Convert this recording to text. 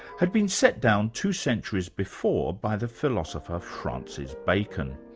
had been set down two centuries before by the philosopher francis bacon.